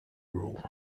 rule